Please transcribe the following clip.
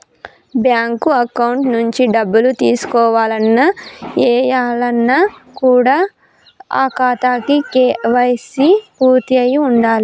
bank account నుంచి డబ్బులు తీసుకోవాలన్న, ఏయాలన్న కూడా ఆ ఖాతాకి కేవైసీ పూర్తయ్యి ఉండాలే